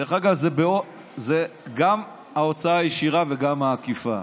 דרך אגב, זו גם ההוצאה הישירה וגם העקיפה.